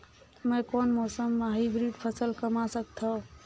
मै कोन मौसम म हाईब्रिड फसल कमा सकथव?